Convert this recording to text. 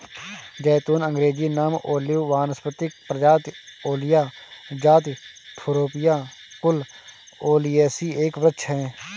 ज़ैतून अँग्रेजी नाम ओलिव वानस्पतिक प्रजाति ओलिया जाति थूरोपिया कुल ओलियेसी एक वृक्ष है